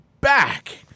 back